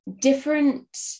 different